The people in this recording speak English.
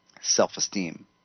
self-esteem